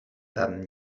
than